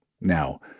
Now